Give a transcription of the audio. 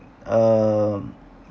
um